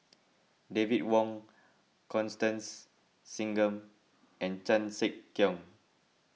David Wong Constance Singam and Chan Sek Keong